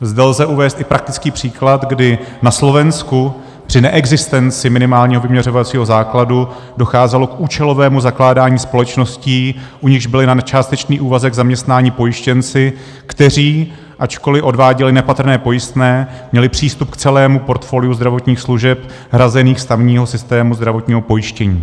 Zde lze uvést i praktický příklad, kdy na Slovensku při neexistenci minimálního vyměřovacího základu docházelo k účelovému zakládání společností, u nichž byli na částečný úvazek zaměstnáni pojištěnci, kteří ačkoli odváděli nepatrné pojistné, měli přístup k celému portfoliu zdravotních služeb hrazených z tamního systému zdravotního pojištění.